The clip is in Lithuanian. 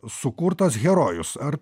sukurtas herojus ar